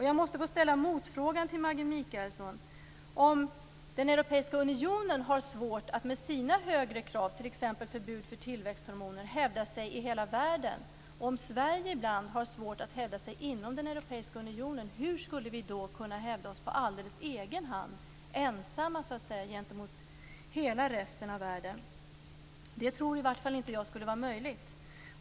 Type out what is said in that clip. Jag måste få ställa motfrågan till Maggi Mikaelsson: Om den europeiska unionen har svårt att med sina högre krav på t.ex. förbud mot tillväxthormoner hävda sig i hela världen och om Sverige ibland har svårt att hävda sig inom den europeiska unionen, hur skulle vi kunna hävda oss på alldeles egen hand, ensamma gentemot hela resten av världen? Det tror i varje fall inte jag skulle vara möjligt.